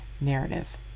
narrative